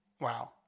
Wow